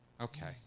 Okay